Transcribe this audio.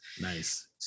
Nice